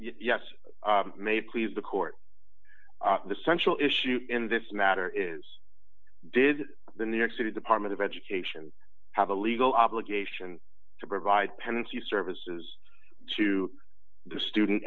yes may please the court the central issue in this matter is did the new york city department of education have a legal obligation to provide pendency services to the student